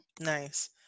Nice